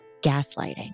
gaslighting